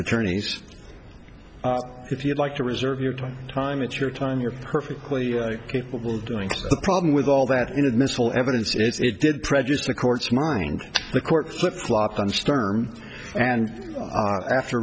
attorneys if you'd like to reserve your time time it's your time you're perfectly capable doing the problem with all that inadmissible evidence it's it did prejudice the court's mind the court flip flop on sturm and after